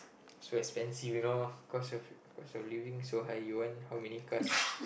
so expensive you know cost of cost of living so high you want how many cars